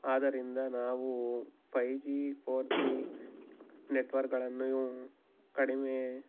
ಆದ್ದರಿಂದ ನಾವು five G four G ನೆಟ್ವರ್ಗಳನ್ನು ಕಡಿಮೆ